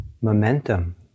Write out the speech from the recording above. momentum